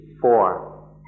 four